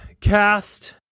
cast